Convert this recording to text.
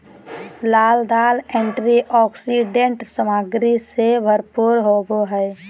लाल दाल एंटीऑक्सीडेंट सामग्री से भरपूर होबो हइ